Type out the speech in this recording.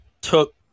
took